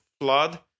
flood